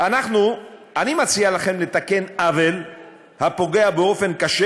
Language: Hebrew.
אני מציע לכם לתקן עוול הפוגע באופן קשה